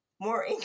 more